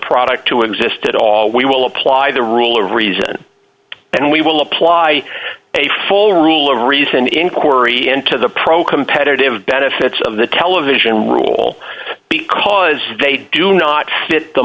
product to exist at all we will apply the rule of reason and we will apply a full rule of reason inquiry into the pro competitive benefits of the television rule because they do not fit the